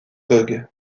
gogh